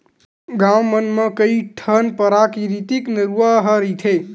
गाँव मन म कइठन पराकिरितिक नरूवा ह रहिथे